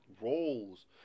roles